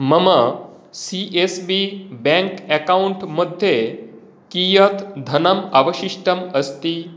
मम C S B bank account मध्ये कियत् धनम् अवशिष्टम् अस्ति